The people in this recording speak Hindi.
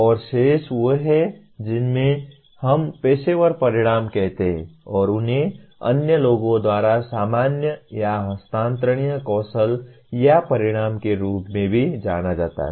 और शेष वे हैं जिन्हें हम पेशेवर परिणाम कहते हैं और उन्हें अन्य लोगों द्वारा सामान्य या हस्तांतरणीय कौशल या परिणाम के रूप में भी जाना जाता है